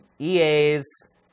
EA's